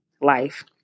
life